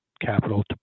capital